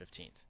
15th